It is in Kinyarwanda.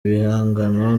bihangano